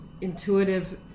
intuitive